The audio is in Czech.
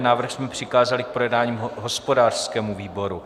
Návrh jsme přikázali k projednání hospodářskému výboru.